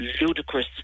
ludicrous